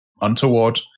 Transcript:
untoward